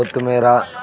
కొత్తిమీర